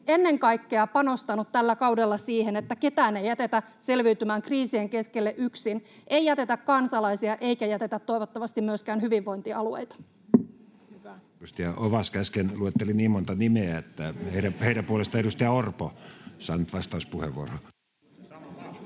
ennen kaikkea panostanut tällä kaudella siihen, että ketään ei jätetä selviytymään kriisien keskelle yksin. Ei jätetä kansalaisia eikä jätetä toivottavasti myöskään hyvinvointialueita. Edustaja Ovaska äsken luetteli niin monta nimeä, että heidän puolestaan edustaja Orpo saa nyt vastauspuheenvuoron.